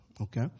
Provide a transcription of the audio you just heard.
Okay